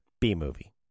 B-movie